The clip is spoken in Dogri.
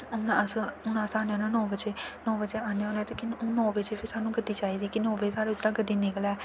हून असें जाना नौ बजे नौ बजे जाना होऐ ते हून नौ बजे सानूं गड्डी चाहिदी कि नौ बजे साढ़ै उद्धरां दा गड्डी निकलै